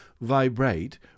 vibrate